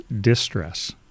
distress